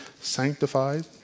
sanctified